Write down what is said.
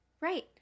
right